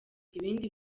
ibindi